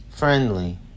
Friendly